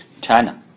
China